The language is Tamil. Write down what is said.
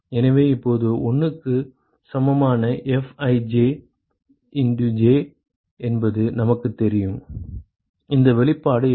எனவே இப்போது 1 க்கு சமமான Fij J என்பது நமக்குத் தெரியும் இந்த வெளிப்பாடு என்ன